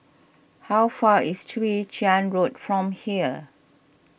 how far is Chwee Chian Road from here